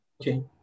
Okay